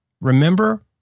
Remember